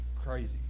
crazy